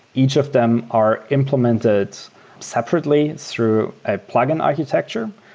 each of them are implemented separately through a plugin architecture.